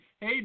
Hey